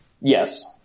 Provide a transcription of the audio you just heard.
Yes